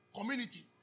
community